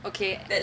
okay